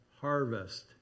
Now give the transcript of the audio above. harvest